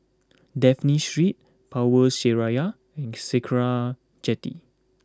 Dafne Street Power Seraya and Sakra Jetty